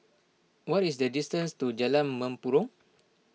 what is the distance to Jalan Mempurong